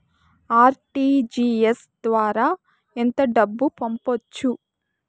RTGS ద్వారా ఎంత డబ్బు పంపొచ్చు?